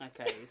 Okay